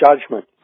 judgment